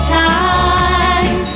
time